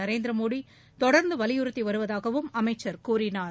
நரேந்திரமோடி தொடர்ந்து வலியுறுத்தி வருவதாகவும் அமைச்சர் கூறினார்